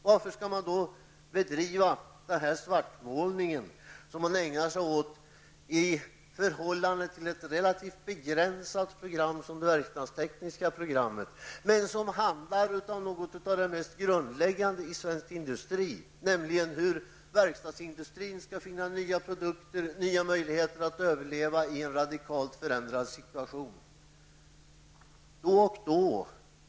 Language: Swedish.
Varför skall man då bedriva denna svartmålning, som man ägnar sig åt i förhållande till ett relativt begränsat program såsom det verkstadstekniska programmet, som handlar om något av det mest grundläggande i svensk industri, nämligen hur verkstadsindustrin skall finna nya produkter och nya möjligheter att överleva i en radikalt förändrad situation?